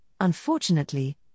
unfortunately